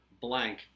blank